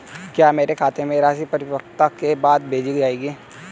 क्या मेरे खाते में राशि परिपक्वता के बाद भेजी जाएगी?